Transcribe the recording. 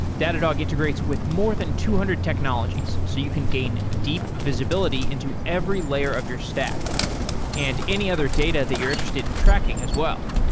datadog integrates with more than two hundred technologies so you can gain deep visibility into every layer of your stack and any other data that you're interested in tracking as well.